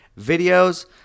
Videos